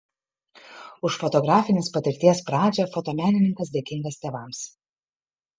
už fotografinės patirties pradžią fotomenininkas dėkingas tėvams